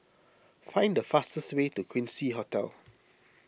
find the fastest way to Quincy Hotel